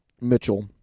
Mitchell